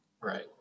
Right